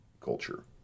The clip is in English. culture